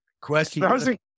Question